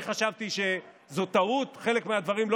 אני חשבתי שזאת טעות וחלק מהדברים לא